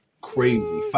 Crazy